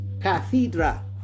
cathedra